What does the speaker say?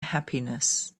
happiness